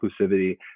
inclusivity